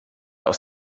aus